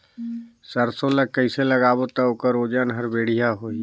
सरसो ला कइसे लगाबो ता ओकर ओजन हर बेडिया होही?